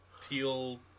teal